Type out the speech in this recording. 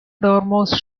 dormouse